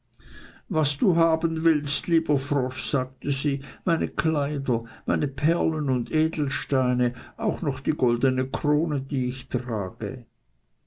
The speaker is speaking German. was du haben willst lieber frosch sagte sie meine kleider meine perlen und edelsteine auch noch die goldene krone die ich trage